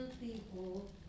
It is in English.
people